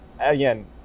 again